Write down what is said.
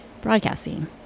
broadcasting